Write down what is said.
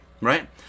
right